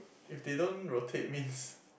if they don't rotate means